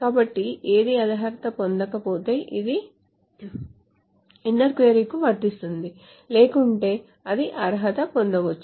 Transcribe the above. కాబట్టి ఏదీ అర్హత పొందకపోతే అది ఇన్నర్ క్వరీ కు వర్తిస్తుంది లేకుంటే అది అర్హత పొందవచ్చు